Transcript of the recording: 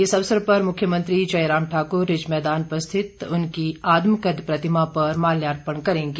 इस अवसर पर मुख्यमंत्री जय राम ठाकुर रिज मैदान पर स्थित उनकी आदमकद प्रतिमा पर माल्यार्पण करेंगे